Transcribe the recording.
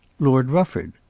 lord rufford.